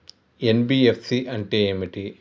NBFC అంటే ఏమిటి?